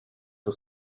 two